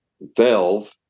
valve